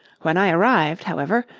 when i arrived, however,